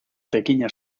pequeña